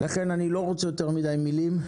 לכן אני לא רוצה יותר מדי מילים.